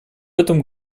этом